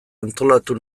antolatu